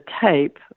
tape